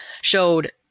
showed